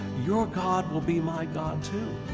your god will be my god, too.